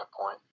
point